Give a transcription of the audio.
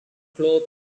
cloth